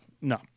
No